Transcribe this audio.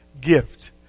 gift